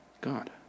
God